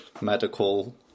medical